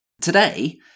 today